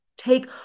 take